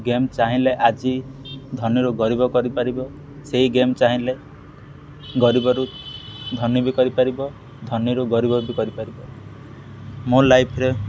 game ଚାହିଁଲେ ଆଜି ଧନୀରୁ ଗରିବ କରିପାରିବ ସେଇ ଗେମ୍ ଚାହିଁଲେ ଗରିବରୁ ଧନୀ ବି କରିପାରିବ ଧନୀରୁ ଗରିବ ବି କରିପାରିବ ମୋ ଲାଇଫରେ